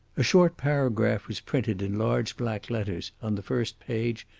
a short paragraph was printed in large black letters on the first page,